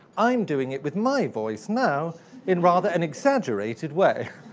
i'm doing it with my voice now in rather an exaggerated way.